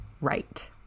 right